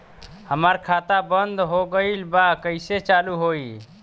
हमार खाता बंद हो गईल बा कैसे चालू होई?